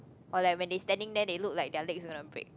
or like when they standing then they look like their legs are gonna break